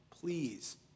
Please